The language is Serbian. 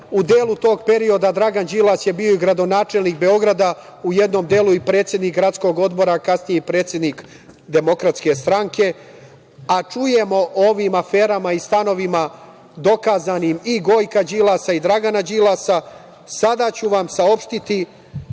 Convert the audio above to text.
u delu tog perioda Dragan Đilas je bio i gradonačelnik Beograda, u jednom delu i predsednik Gradskog odbora, a kasnije i predsednik DS, a čujemo o ovim aferama i stanovima, dokazanim, i Gojka Đilasa i Dragana Đilasa, sada ću vam saopštiti